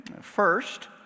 First